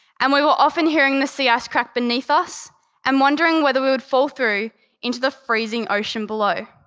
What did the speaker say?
and we were often hearing the sea ice crack beneath us and wondering whether we would fall through into the freezing ocean below.